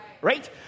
right